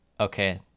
Okay